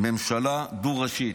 ממשלה דו-ראשית.